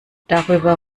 darüber